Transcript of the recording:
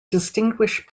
distinguished